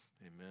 Amen